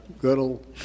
Goodell